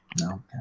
No